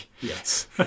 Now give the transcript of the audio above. Yes